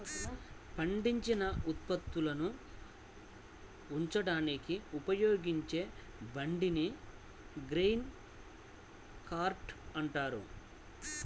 పండించిన ఉత్పత్తులను ఉంచడానికి ఉపయోగించే బండిని గ్రెయిన్ కార్ట్ అంటారు